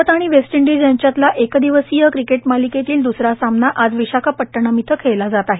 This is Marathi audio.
भारत आणि वेस्ट इंडिज यांच्यातल्या एक दिवसीय क्रिकेट मालिकेतील दुसरा सामना आज विशाखापट्टणम इथं खेळला जात आहे